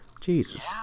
jesus